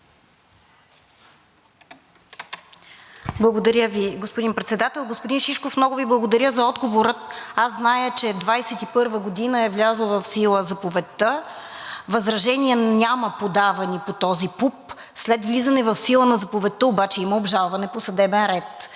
Благодаря Ви, господин Председател. Господин Шишков, много Ви благодаря за отговора. Аз знам, че през 2021 г. е влязла в сила заповедта. Възражения няма подавани по този пункт. След влизане в сила на заповедта обаче има обжалване по съдебен ред.